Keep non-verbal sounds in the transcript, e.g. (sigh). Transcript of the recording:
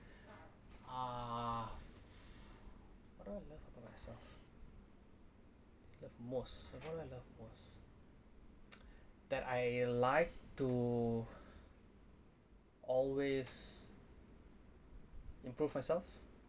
(breath) ah what do I loved about myself love most (noise) of what I loved most that I like to always improve myself